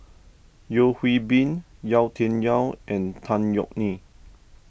Yeo Hwee Bin Yau Tian Yau and Tan Yeok Nee